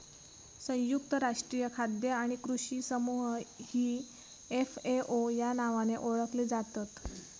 संयुक्त राष्ट्रीय खाद्य आणि कृषी समूह ही एफ.ए.ओ या नावाने ओळखली जातत